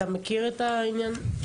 אתה מכיר את העניין?